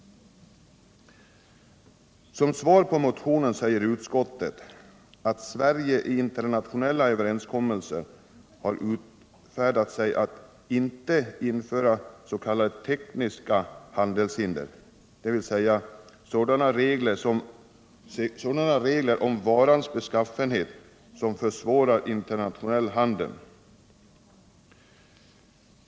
Som svar på motionen säger utskottet att Sverige i internationella överenskommelser utfäst sig att inte införa s.k. tekniska handelshinder, dvs. sådana regler om varans beskaffenhet som försvårar internationell handel.